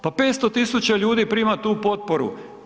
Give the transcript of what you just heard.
Pa 500 000 ljudi prima tu potporu.